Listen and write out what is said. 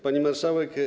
Pani Marszałek!